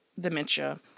dementia